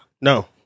No